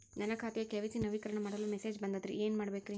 ನನ್ನ ಖಾತೆಯ ಕೆ.ವೈ.ಸಿ ನವೇಕರಣ ಮಾಡಲು ಮೆಸೇಜ್ ಬಂದದ್ರಿ ಏನ್ ಮಾಡ್ಬೇಕ್ರಿ?